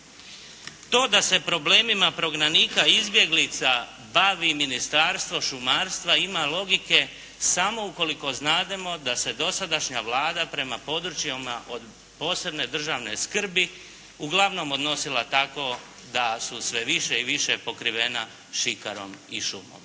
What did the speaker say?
To da se problemima prognanika i izbjeglica bavi Ministarstvo šumarstva ima logike samo ukoliko znademo da se dosadašnja Vlada prema područjima od posebne državne skrbi uglavnom odnosila tako da su sve više i više pokrivena šikarom i šumom.